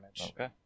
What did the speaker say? Okay